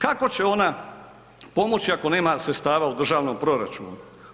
Kako će ona pomoći ako nema sredstava u državnom proračunu?